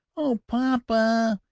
oh, papa,